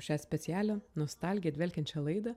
šią specialią nostalgija dvelkiančią laidą